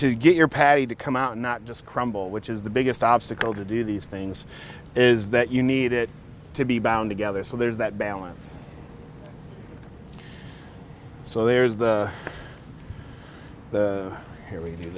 you get your paddy to come out not just crumble which is the biggest obstacle to do these things is that you need it to be bound together so there's that balance so there's the here we do